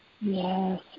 yes